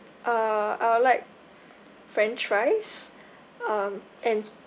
err I would like french fries um and